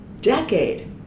decade